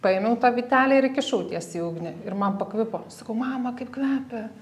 paėmiau tą vytelę ir įkišau tiesiai į ugnį ir man pakvipo sakau mama kaip kvepia